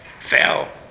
fell